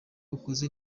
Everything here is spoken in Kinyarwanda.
ukoze